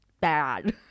bad